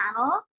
channel